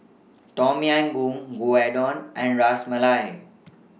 Tom Yam Goong Gyudon and Ras Malai